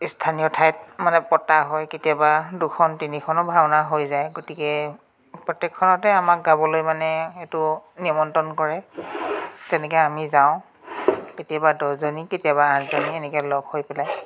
স্থানীয় ঠাইত মানে পতা হয় কেতিয়াবা দুখন তিনিখনো ভাওনা হৈ যায় গতিকে প্ৰত্যেকখনতে আমাক গাবলৈ মানে এইটো নিমন্ত্ৰণ কৰে তেনেকে আমি যাওঁ কেতিয়াবা দহজনী কেতিয়াবা আঠজনী এনেকৈ লগ হৈ পেলাই